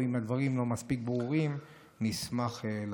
או אם הדברים לא מספיק ברורים נשמח לענות.